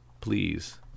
Please